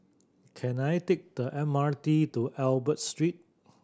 can I take the M R T to Albert Street